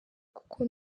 kuko